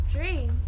Dream